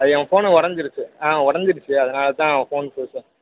அது என் ஃபோனு உடஞ்சிருச்சி ஆ உடஞ்சிருச்சி அதனால் தான் ஃபோன் கேட்டேன்